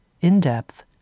in-depth